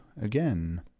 again